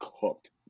cooked